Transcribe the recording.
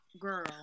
girl